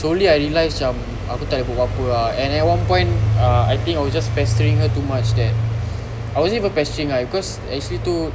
slowly I realised cam aku tak boleh buat pape ah and at one point ah I think I was just pestering her too much that I wasn't even pestering ah because actually tu